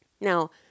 Now